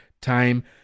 time